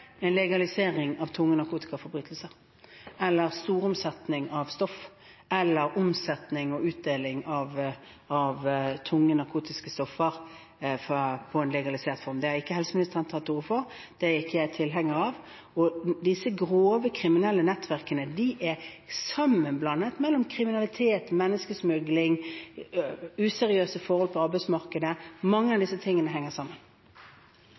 av stoff, eller at omsetning og utdeling av tunge narkotiske stoff skal få en legalisert form. Det har ikke helseministeren tatt til orde for, og det er ikke jeg tilhenger av. Disse grove kriminelle nettverkene er en sammenblanding av kriminalitet – menneskesmugling, useriøse forhold på arbeidsmarkedet – og mange av disse tingene henger sammen.